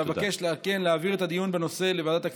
ואבקש על כן להעביר את הדיון בנושא לוועדת הכספים של הכנסת.